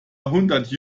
hundert